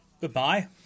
Goodbye